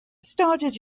started